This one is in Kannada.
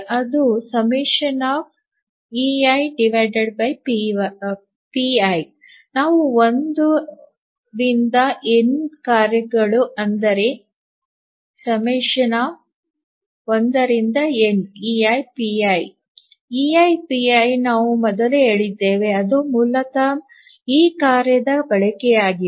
ಅದು ∑ ನಾವು 1 ರಿಂದ ಎನ್ ಕಾರ್ಯಗಳು ಇದ್ದರೆ 1neipi eipi ನಾವು ಮೊದಲೇ ಹೇಳಿದ್ದೇವೆ ಅದು ಮೂಲತಃ ಆ ಕಾರ್ಯದ ಬಳಕೆಯಾಗಿದೆ